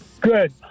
Good